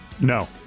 no